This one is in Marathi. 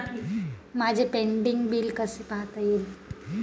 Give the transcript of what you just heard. माझे पेंडींग बिल कसे पाहता येईल?